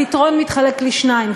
הפתרון נחלק לשניים,